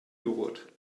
jogurt